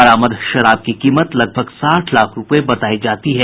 बरामद शराब की कीमत लगभग साठ लाख रूपये बतायी जाती है